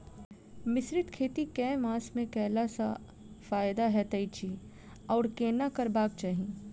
मिश्रित खेती केँ मास मे कैला सँ फायदा हएत अछि आओर केना करबाक चाहि?